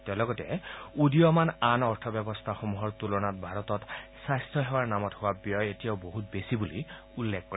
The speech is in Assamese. তেওঁ লগতে উদীয়মান আন অৰ্থ ব্যৱস্থাসমূহৰ তুলনাত ভাৰতত স্বাস্থ্য সেৱাৰ নামত হোৱা ব্যয় এতিয়াও বহুত বেছি বুলি উল্লেখ কৰে